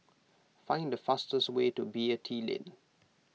find the fastest way to Beatty Lane